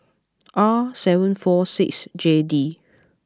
R seven four six J D